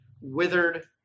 withered